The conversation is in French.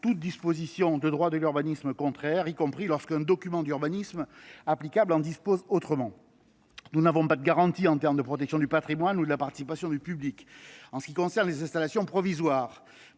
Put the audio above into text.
toute disposition de droit de l’urbanisme contraire », y compris lorsqu’un document d’urbanisme applicable en dispose autrement. Or nous n’avons aucune garantie en termes de protection du patrimoine ou de participation du public. Les installations provisoires